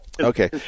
Okay